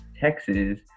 Texas